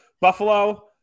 Buffalo